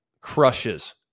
crushes